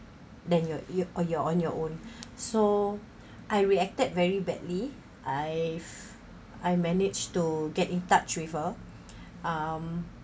then your ear or you're on your own so I reacted very badly I if I managed to get in touch with her um